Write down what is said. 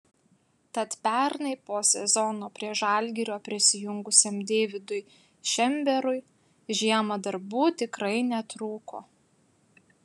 tad pernai po sezono prie žalgirio prisijungusiam deividui šemberui žiemą darbų tikrai netrūko